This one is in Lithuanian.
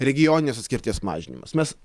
regioninės atskirties mažinimas mes